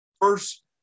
first